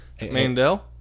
Mandel